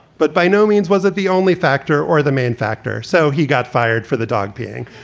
but by no means was it the only factor or the main factor. so he got fired for the dog peeing